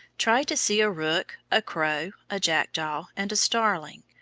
try to see a rook, a crow, a jackdaw, and a starling,